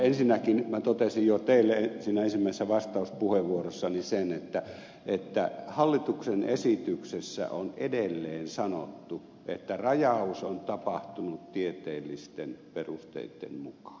ensinnäkin minä totesin jo teille siinä ensimmäisessä vastauspuheenvuorossani sen että hallituksen esityksessä on edelleen sanottu että rajaus on tapahtunut tieteellisten perusteitten mukaan